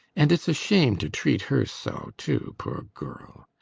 and it's a shame to treat her so, too, poor girl.